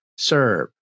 serve